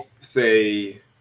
say